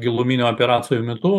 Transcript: giluminių operacijų metu